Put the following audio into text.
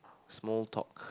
small talk